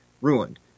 ruined